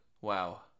Wow